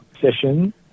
session